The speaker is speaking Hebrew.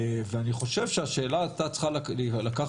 ואני חושב שהשאלה היתה צריכה להילקח